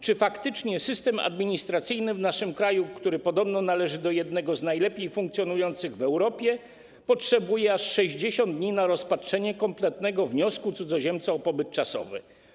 Czy faktycznie system administracyjny w naszym kraju, który podobno jest jednym z najlepiej funkcjonujących w Europie, potrzebuje aż 60 dni na rozpatrzenie kompletnego wniosku cudzoziemca o pobyt czasowy?